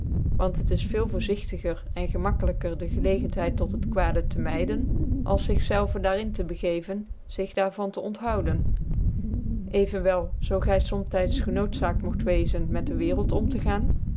want het is veel i voorzigtiger cn gemakkelijker de gclei gentheid tot het kwade te myden als zig i zelve daar in te begeven zig daar van te onthouden evenwel zoo gy zomtyds genoodzaakt mogt wezen met de wereld om te gaan